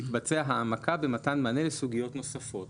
תתבצע העמקה במתן מענה לסוגיות נוספות.